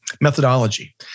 methodology